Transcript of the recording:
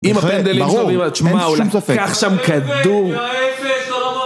עם הפנדלים שם תשמע, הוא לוקח שם כדור